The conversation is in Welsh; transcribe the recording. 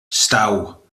stow